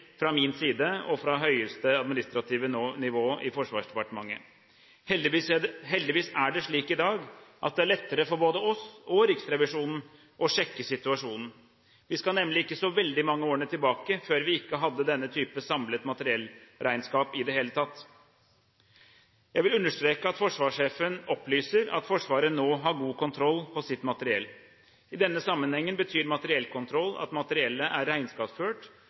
fra min side og fra høyeste administrative nivå i Forsvarsdepartementet. Heldigvis er det slik i dag at det er lettere for både oss og Riksrevisjonen å sjekke situasjonen. Vi skal nemlig ikke så veldig mange årene tilbake før vi ikke hadde denne type samlet materiellregnskap i det hele tatt. Jeg vil understreke at forsvarssjefen opplyser at Forsvaret nå har god kontroll på sitt materiell. I denne sammenhengen betyr materiellkontroll at materiellet er